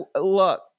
Look